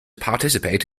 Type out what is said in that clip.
participate